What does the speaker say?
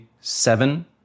seven